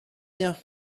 bien